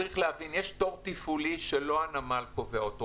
צריך להבין שיש תור תפעולי שלא הנמל קובע אותו,